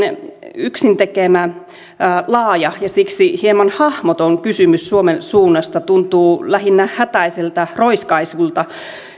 yksin tekemä laaja ja siksi hieman hahmoton kysymys suomen suunnasta tuntuu lähinnä hätäiseltä roiskaisulta